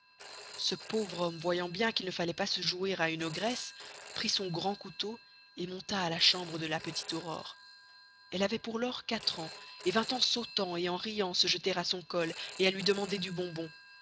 ce pauvre homme voyant bien qu'il ne falloit pas se joüer à une ogresse prit son grand cousteau et monta à la chambre de la petite aurore elle avoit pour lors quatre ans et vint en sautant et en riant se jetter à son col et luy demander du bon